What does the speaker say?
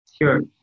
Sure